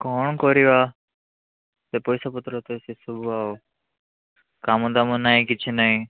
କଣ କରିବା ସେ ପଇସା ପତ୍ର ଏତେ ସେ ସବୁ ଆଉ କାମ ଦାମ ନାହିଁ କିଛି ନାହିଁ